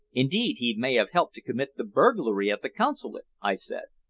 indeed, he may have helped to commit the burglary at the consulate, i said.